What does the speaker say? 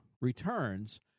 returns